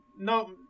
no